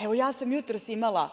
Evo, ja sam jutros imala